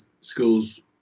schools